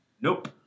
Nope